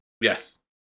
Yes